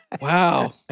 wow